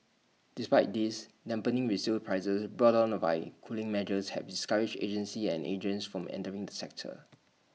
despite this dampening resale prices brought on the by cooling measures have discouraged agencies and agents from entering the sector